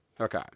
Okay